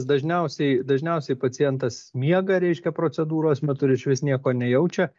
dažniausiai dažniausiai pacientas miega reiškia procedūros metu ir išvis nieko nejaučia